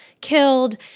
killed